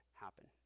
happen